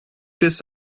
this